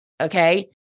Okay